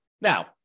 Now